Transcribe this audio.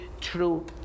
true